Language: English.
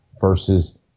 versus